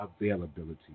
availability